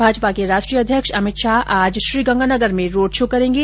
भाजपा के राष्ट्रीय अध्यक्ष अमित शाह आज श्री गंगानगर में रोड शो करेंगे